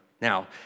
Now